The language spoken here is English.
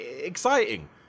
exciting